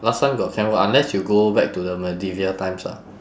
last time got canned food unless you go back to the medieval times ah